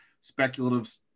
speculative